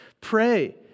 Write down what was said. Pray